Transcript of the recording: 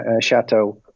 Chateau